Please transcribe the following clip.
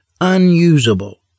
unusable